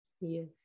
Yes